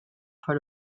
part